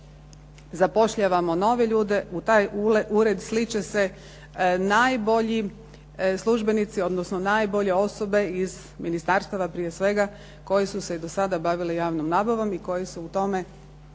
zapošljavamo nove ljude, u taj ured slit će se najbolji službenici, odnosno najbolje osobe iz ministarstva, prije svega koji su se i do sada bavili javnom nabavom i koji su u tome